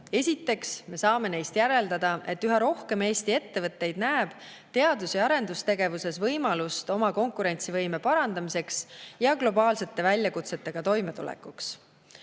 Esiteks, me saame neist järeldada, et üha rohkem Eesti ettevõtteid näeb teadus‑ ja arendustegevuses võimalust oma konkurentsivõime parandamiseks ja globaalsete väljakutsetega toimetulekuks.